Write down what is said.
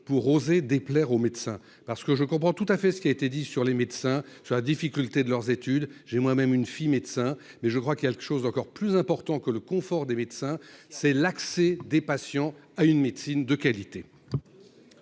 pour oser déplaire au médecin parce que je comprends tout à fait, ce qui a été dit sur les médecins sur la difficulté de leurs études, j'ai moi-même une fille médecin mais je crois, quelque chose d'encore plus important que le confort des médecins, c'est l'accès des patients à une médecine de qualité.